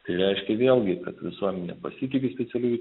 tai reiškia vėlgi kad visuomenė pasitiki specialiųjų